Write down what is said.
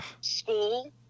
school